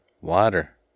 Water